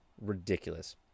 Ridiculous